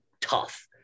tough